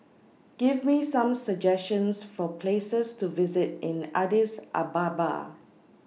Give Me Some suggestions For Places to visit in Addis Ababa